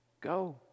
go